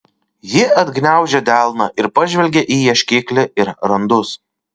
ji atgniaužė delną ir pažvelgė į ieškiklį ir randus